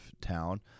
town